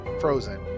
frozen